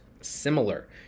similar